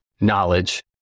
knowledge